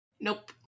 Nope